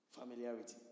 Familiarity